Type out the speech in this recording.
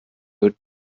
wird